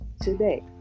today